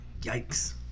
Yikes